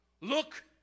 look